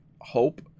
hope